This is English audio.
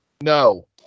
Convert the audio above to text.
No